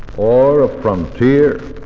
or of frontier